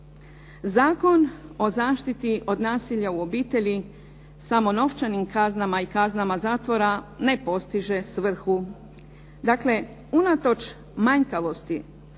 Zakon o zaštiti od nasilja u obitelji samo novčanim kaznama i kaznama zatvora ne postiže svrhu. Dakle, unatoč manjkavostima